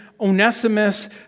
Onesimus